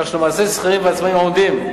כך שלמעשה שכירים ועצמאים העומדים,